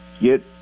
get